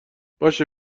باشه